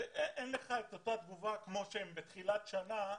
אין לך את אותה תגובה כמו שהם בתחילת שנה,